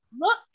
Look